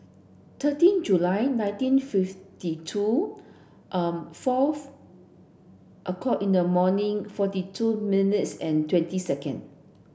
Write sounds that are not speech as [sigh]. thirteen July nineteen fifty two [hesitation] fourth o'clock in the morning forty two minutes and twenty second